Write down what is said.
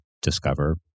discover